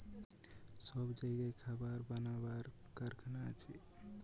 সব জাগায় খাবার বানাবার কারখানা আছে